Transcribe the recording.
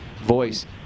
voice